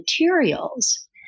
materials